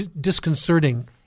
disconcerting